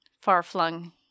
far-flung